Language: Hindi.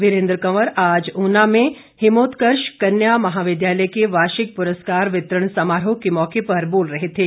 वीरेन्द्र कंवर आज उना में हिमोत्कर्ष कन्या महाविद्यालय के वार्षिक पुरस्कार वितरण समारोह के मौके पर बोल रहे थे